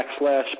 backslash